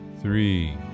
three